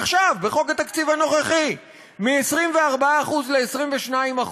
עכשיו, בחוק התקציב הנוכחי, מ-24% ל-22%,